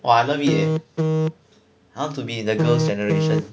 !wah! I love it eh I want to be in the girls' generation